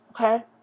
okay